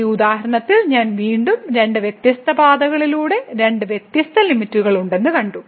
ഈ ഉദാഹരണത്തിൽ ഞാൻ വീണ്ടും രണ്ട് വ്യത്യസ്ത പാതകളിലൂടെ രണ്ട് വ്യത്യസ്ത ലിമിറ്റ്കളുണ്ടെന്ന് കണ്ടു